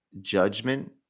judgment